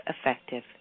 effective